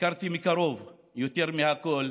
הכרתי מקרוב, יותר מכול,